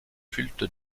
culte